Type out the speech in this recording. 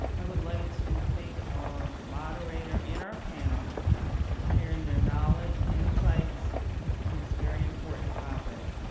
i would like to thank our moderator and our panel for sharing their knowledge and insights on this very important topic.